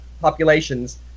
populations